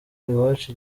iwacu